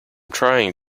trying